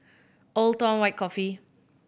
Old Town White Coffee